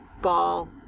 ball